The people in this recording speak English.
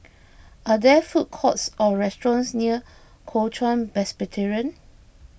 are there food courts or restaurants near Kuo Chuan Presbyterian